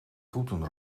voeten